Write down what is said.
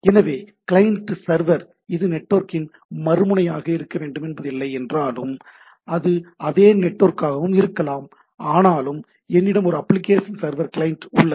எனவே client server இது நெட்வொர்க்கின் மறு முனையாக இருக்க வேண்டும் என்பதில்லை என்றாலும் அது அதே நெட்வொர்க்காகவும் இருக்கலாம் ஆனாலும் என்னிடம் ஒரு அப்ளிகேஷன் சர்வர் கிளையண்ட் உள்ளது